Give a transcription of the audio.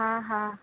हा हा